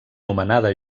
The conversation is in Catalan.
nomenada